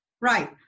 Right